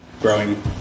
growing